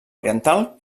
oriental